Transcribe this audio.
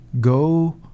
go